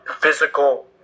physical